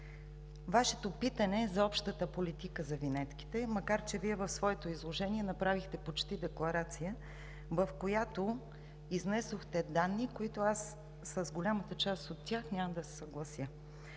Вашето питане е за общата политика за винетките, макар че Вие в своето изложение направихте почти декларация, в която изнесохте данни, с голямата част от които няма да се съглася.